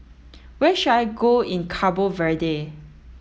where should I go in Cabo Verde